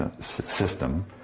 system